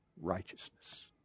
righteousness